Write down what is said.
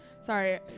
Sorry